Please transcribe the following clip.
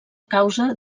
causa